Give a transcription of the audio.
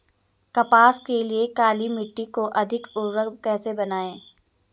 कपास के लिए काली मिट्टी को अधिक उर्वरक कैसे बनायें?